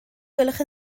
gwelwch